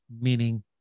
meaning